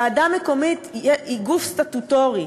ועדה מקומית היא גוף סטטוטורי,